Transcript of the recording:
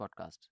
podcast